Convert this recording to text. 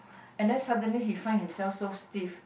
and then suddenly he find himself so stiff